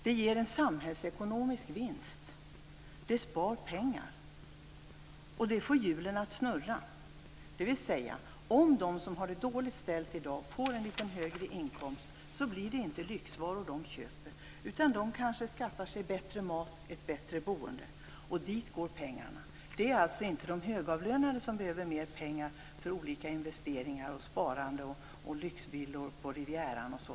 Det ger en samhällsekonomisk vinst och det spar pengar. Detta får hjulen att snurra. Om de som i dag har det dåligt ställt får litet högre inkomst blir det inte lyxvaror som de köper. I stället skaffar de sig kanske bättre mat och ett bättre boende. Dit går alltså pengarna. De högavlönade behöver inte mera pengar till olika investeringar, sparande, lyxvillor på Rivieran etc.